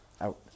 out